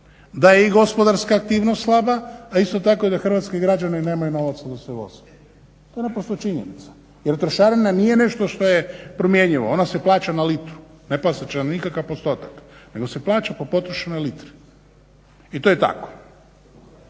Da je i gospodarstva aktivnost slaba, a isto tako da hrvatski građani nemaju novca da se voze, to je naprosto činjenica. Jer trošarina nije nešto što je promjenjivo, ona se plaća na litru, ne plaća se na nikakav postotak, nego se plaća po potrošenoj litri i to je tako.